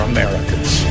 Americans